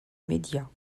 médias